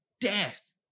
death